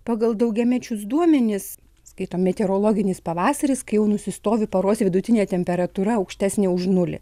pagal daugiamečius duomenis skaitome meteorologinis pavasaris kai jau nusistovi paros vidutinė temperatūra aukštesnė už nulį